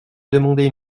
demandé